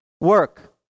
work